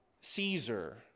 Caesar